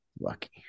Lucky